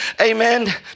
amen